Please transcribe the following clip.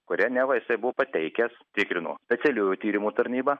kurią neva seimui pateikęs tikrino specialiųjų tyrimų tarnyba